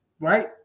right